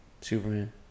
Superman